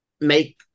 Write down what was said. make